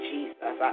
Jesus